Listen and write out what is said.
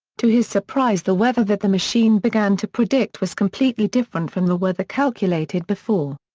to his surprise the weather that the machine began to predict was completely different from the weather calculated before.